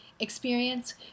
experience